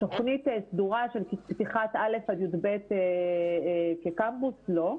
תוכנית סדורה של א י"ב כקמפוס, לא.